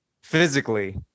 Physically